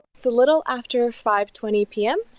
it's a little after five twenty p m,